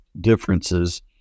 differences